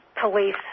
police